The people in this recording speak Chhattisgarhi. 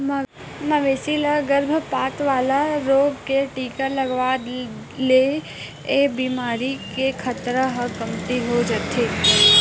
मवेशी ल गरभपात वाला रोग के टीका लगवा दे ले ए बेमारी के खतरा ह कमती हो जाथे